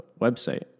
website